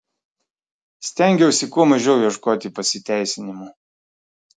stengiausi kuo mažiau ieškoti pasiteisinimų